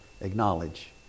acknowledge